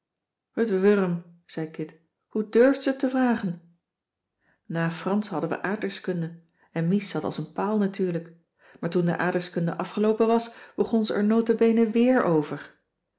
wurm zei kit hoe durft ze t te vragen na fransch hadden we aardrijkskunde en mies zat als een paal natuurlijk maar toen de aardrijkskunde afgeloopen was begon ze er nota bene weer over